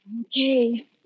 Okay